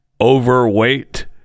overweight